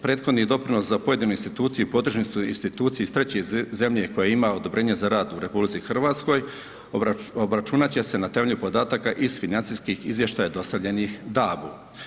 Prethodni doprinos za pojedinu instituciju i podružnicu institucije iz treće zemlje koja ima odobrenje za rad u RH obračunat će se na temelju podataka iz financijskih izvještaja dostavljenih DAB-u.